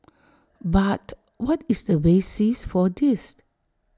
but what is the basis for this